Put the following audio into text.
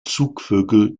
zugvögel